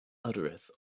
uttereth